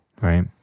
Right